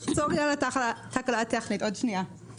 האשראי, וכתוצאה מכך כל גידול